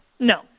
No